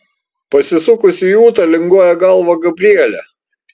pasisukusi į ūtą linguoja galvą gabrielė